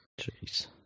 Jeez